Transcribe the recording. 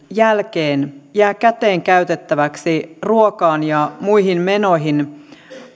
jälkeen jää käteen käytettäväksi ruokaan ja muihin menoihin